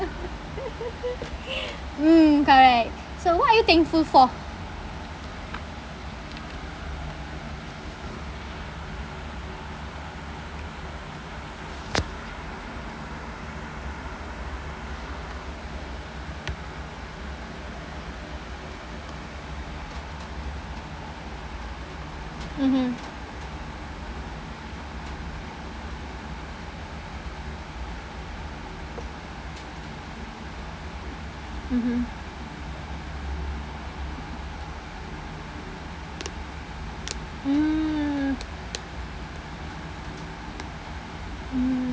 mm correct so what are you thankful for mmhmm mmhmm mm mm